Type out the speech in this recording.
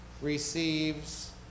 receives